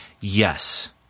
yes